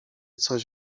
coś